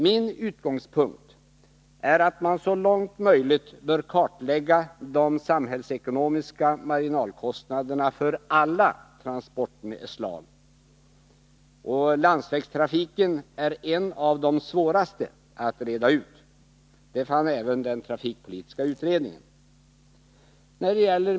Min utgångspunkt är att man så långt möjligt bör kartlägga de samhällsekonomiska marginalkostnaderna för alla transportslag. Och landsvägstrafikens är en av de svåraste att reda ut. Det fann även den trafikpolitiska utredningen.